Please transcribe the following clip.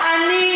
לא.